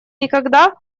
никогда